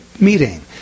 meeting